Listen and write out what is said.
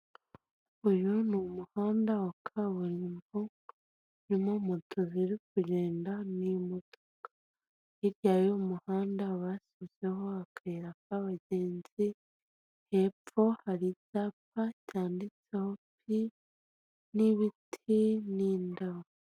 Uyu ni umuhanda wa kaburimboko urimo moto ziri kugenda n'imodoka, hirya y'umuhanda basizeho akayira k'abagenzi hepfo hari icyapa cyanditseho pi n'ibiti n'indabo.